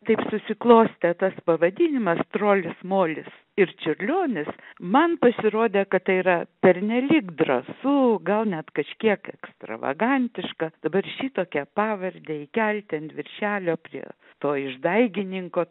taip susiklostė tas pavadinimas trolis molis ir čiurlionis man pasirodė kad tai yra pernelyg drąsu gal net kažkiek ekstravagantiška dabar šitokią pavardę įkelti ant viršelio prie to išdaigininko